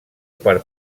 per